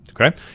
okay